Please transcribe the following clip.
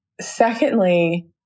Secondly